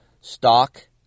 stock